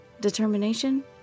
Determination